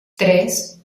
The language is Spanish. tres